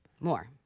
More